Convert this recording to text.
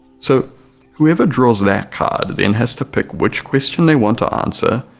so whoever draws that card then has to pick which question they want to answer,